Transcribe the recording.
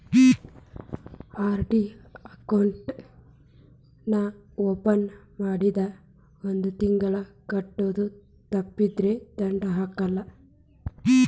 RD account ನಾ open ಮಾಡಿಂದ ಒಂದ್ ತಿಂಗಳ ಕಟ್ಟೋದು ತಪ್ಪಿತಂದ್ರ ದಂಡಾ ಹಾಕಲ್ಲ